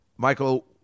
Michael